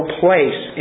place